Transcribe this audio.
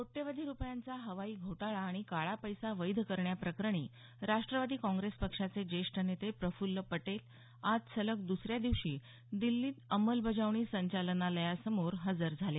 कोट्यवधी रुपयांचा हवाई घोटाळा आणि काळा पैसा वैध करण्याप्रकरणी राष्ट्रवादी काँग्रेस पक्षाचे ज्येष्ठ नेते प्रफुल्ल पटेल आज सलग दुसऱ्या दिवशी दिल्लीत अंमलबजावणी संचालनालयासमोर हजर झाले